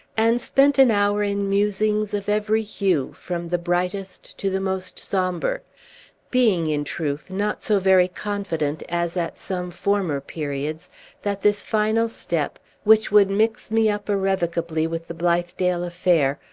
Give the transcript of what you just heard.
and spent an hour in musings of every hue, from the brightest to the most sombre being, in truth, not so very confident as at some former periods that this final step, which would mix me up irrevocably with the blithedale affair,